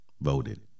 voted